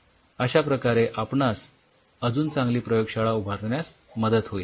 अश्या प्रकारे आपणास अजून चांगली प्रयोगशाळा उभारण्यास मदत होईल